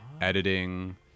editing